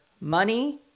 money